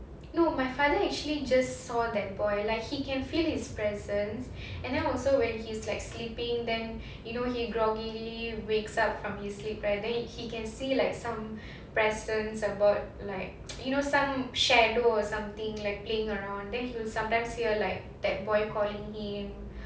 no my father actually just saw that boy like he can feel his presence and then also when he's like sleeping then you know he groggily wakes up from his sleep right then he can see like some presence about like you know some shadow or something like playing around then he will sometimes hear like that boy calling him